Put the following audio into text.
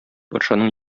патшаның